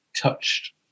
touched